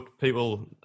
people